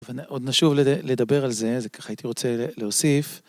עוד נשוב לדבר על זה, זה ככה הייתי רוצה להוסיף.